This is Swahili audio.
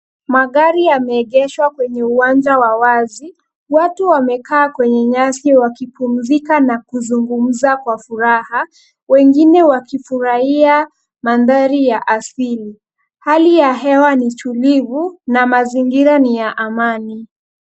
Magari yameegeshwa kwenye uwanja wa wazi. Watu wamekaa kwenye nyasi wakipumzika na kuzungumza kwa furaha wengine wakifurahia mandhari ya asili. Hali ya hewa ni tulivu na mazingira ni ya amani.